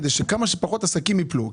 כדי שכמה שפחות עסקים יפלו.